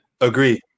agree